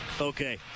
Okay